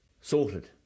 sorted